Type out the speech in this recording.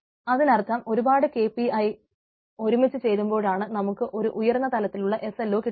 അതിനർത്ഥം ഒരുപാട് KPI ഒരുമിച്ച് ചേരുമ്പോഴാണ് നമുക്ക് ഒരു ഉയർന്ന തലത്തിലുള്ള SLO കിട്ടുന്നത്